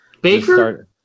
Baker